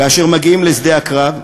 כאשר מגיעים לשדה הקרב,